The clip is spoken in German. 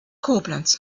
koblenz